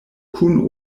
kun